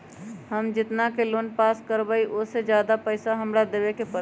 हम जितना के लोन पास कर बाबई ओ से ज्यादा पैसा हमरा देवे के पड़तई?